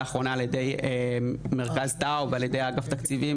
לאחרונה על ידי מרכז טאוב ועל ידי אגף התקציבים,